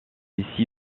ici